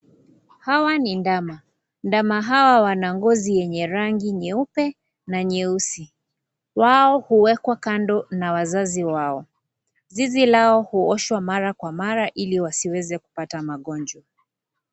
Hawa ni ndama, ndama hawa wanangozi yenye rangi nyeupe na nyeusi, wao huwekwa kando na wazazi wao zizi lao huoshwa mara kwa mara iliwziweze kupata magonjwa.